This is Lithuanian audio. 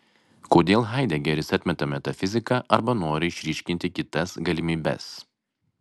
kodėl haidegeris atmeta metafiziką arba nori išryškinti kitas galimybes